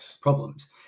problems